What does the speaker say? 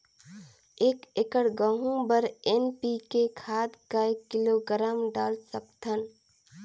एक एकड़ गहूं बर एन.पी.के खाद काय किलोग्राम डाल सकथन?